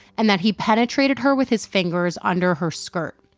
and that he penetrated her with his fingers under her skirt.